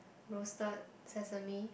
roasted sesame